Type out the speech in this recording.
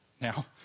Now